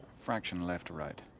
fraction left, to right